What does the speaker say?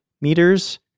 meters